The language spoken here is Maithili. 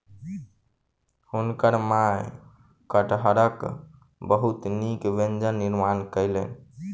हुनकर माई कटहरक बहुत नीक व्यंजन निर्माण कयलैन